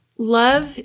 love